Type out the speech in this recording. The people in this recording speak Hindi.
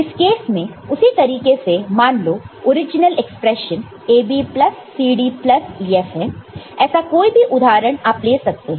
इस केस में उसी तरीके से मान लो original expression AB plus CD plus EF है ऐसा कोई भी उदाहरण आप ले सकते हैं